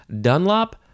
Dunlop